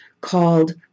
called